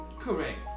correct